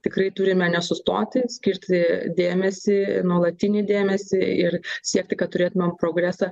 tikrai turime nesustoti skirti dėmesį nuolatinį dėmesį ir siekti kad turėtumėm progresą